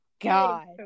God